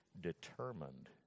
determined